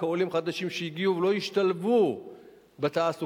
עולים חדשים שהגיעו ולא השתלבו בתעסוקה